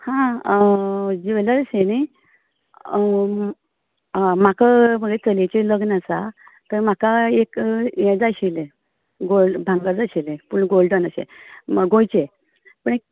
हां ज्वॅलर्स न्ही आं म्हाका म्हगेलें चलयेचें लग्न आसा तर म्हाका एक हें जाय आशिल्लें गोल भांगर जाय आशिल्लें पूण गोल्डन अशें गोंयचें पण एक